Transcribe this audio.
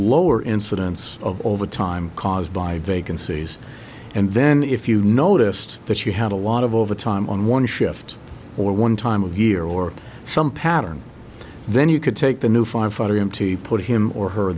lower incidence of overtime caused by vacancies and then if you noticed that you had a lot of overtime on one shift or one time of year or some pattern then you could take the new five hundred twenty put him or her